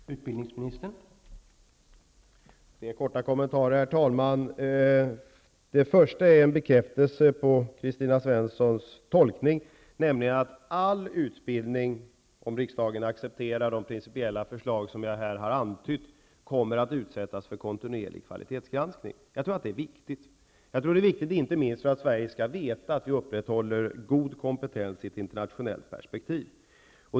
Herr talman! Jag har några korta kommentarer. I min första kommentar vill jag bekräfta Kristina Svenssons tolkning. All utbildning -- om riksdagen antar de principella förslag som jag här har antytt -- kommer att utsättas för kontinuerlig kvalitetsgranskning. Det är viktigt, inte minst för att man skall veta att vi i Sverige upprätthåller god kompetens i ett internationellt perspektiv.